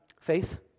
faith